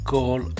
Call